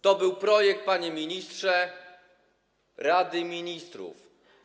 To był projekt, panie ministrze, Rady Ministrów.